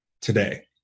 today